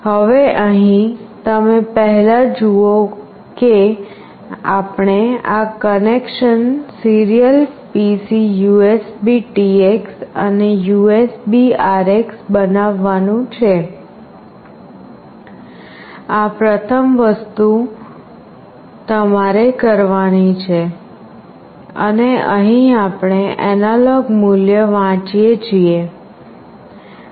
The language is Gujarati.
હવે અહીં તમે પહેલા જુઓ કે આપણે આ કનેક્શન સીરીયલ PC USBTX અને USBRX બનાવવાનું છે આ પ્રથમ વસ્તુ તમારે કરવાની છે અને અહીં આપણે એનાલોગ મૂલ્ય વાંચીએ છીએ